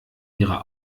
ihrer